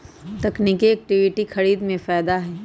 तकनिकिये इक्विटी खरीदे में फायदा हए